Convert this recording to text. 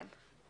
כן.